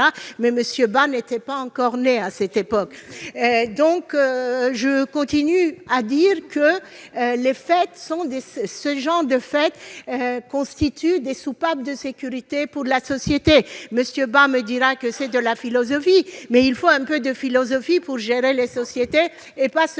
etc. M. Bas n'était pas encore né à cette époque ! Je persiste à dire que ces fêtes sont des soupapes de sécurité pour la société. M. Bas me dira que c'est de la philosophie, mais il faut bien un peu de philosophie pour gérer les sociétés, pas seulement